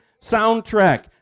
soundtrack